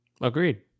Agreed